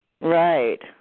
Right